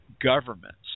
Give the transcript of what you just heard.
governments